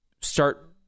start